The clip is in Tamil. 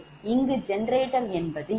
இங்கு ஜெனரேஷன் என்பது இல்லை